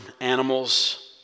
animals